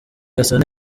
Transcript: gasana